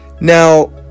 Now